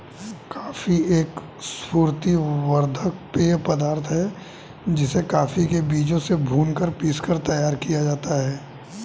coffee एक स्फूर्ति वर्धक पेय पदार्थ है जिसे कॉफी के बीजों से भूनकर पीसकर तैयार किया जाता है